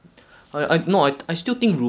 don't think everyone does that lor